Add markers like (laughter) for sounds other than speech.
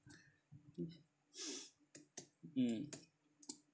(breath) mm